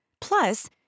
Plus